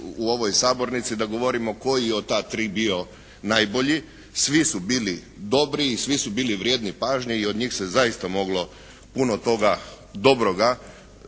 u ovoj sabornici da govorimo koji je od ta tri bio najbolji. Svi su bili dobri i svi su bili vrijedni pažnje i od njih se zaista moglo puno toga dobroga